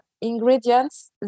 ingredients